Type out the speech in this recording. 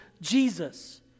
Jesus